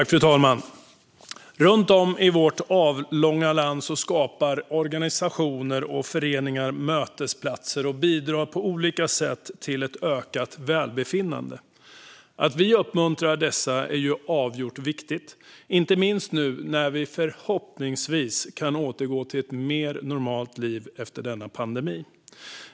Fru talman! Runt om i vårt avlånga land skapar organisationer och föreningar mötesplatser och bidrar på olika sätt till ett ökat välbefinnande. Att uppmuntra dessa är avgjort viktigt, inte minst nu när vi förhoppningsvis kan återgå till ett mer normalt liv efter denna pandemi.